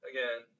Again